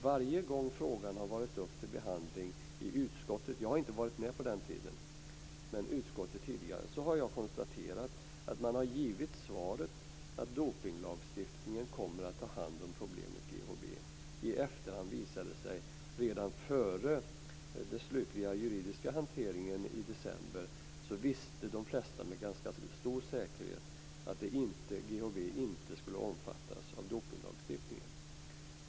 Varje gång frågan har varit uppe till behandling i utskottet - jag har inte varit med på den tiden - har jag kunnat konstatera att man har givit svaret att dopningslagstiftningen kommer att ta hand om problemet GHB. I efterhand har det visat sig att redan före den slutliga juridiska hanteringen i december visste de flesta med ganska stor säkerhet att GHB inte skulle omfattas av dopningslagstiftningen.